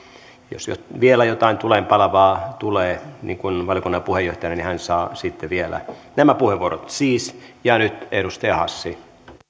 jos vielä jotain tulenpalavaa tulee niin kuin valiokunnan puheenjohtajalle niin hän saa sitten vielä nämä puheenvuorot siis ja nyt edustaja hassi